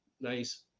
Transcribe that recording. nice